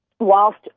Whilst